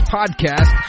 podcast